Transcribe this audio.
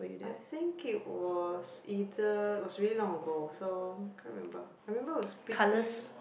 I think it was either it was really long ago so can't remember I remember it was pretty